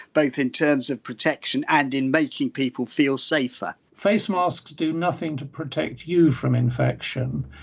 both in terms of protection and in making people feel safer? face masks do nothing to protect you from infection,